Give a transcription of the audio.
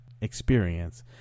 experience